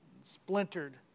splintered